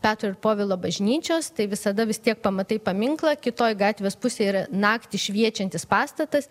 petro ir povilo bažnyčios tai visada vis tiek pamatai paminklą kitoj gatvės pusėj yra naktį šviečiantis pastatas